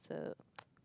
so